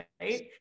right